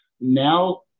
now